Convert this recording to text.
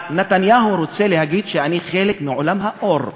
אז נתניהו רוצה להגיד, אני חלק מעולם האור,